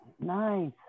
Nice